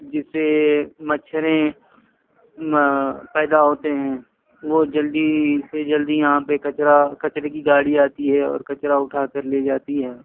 جس سے مچھر پیدا ہوتے ہیں وہ جلدی سے جلدی یہاں پہ کچرا کچرے کی گاڑی آتی ہے اور کچرا اٹھا کر لے جاتی ہے